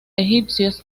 egipcios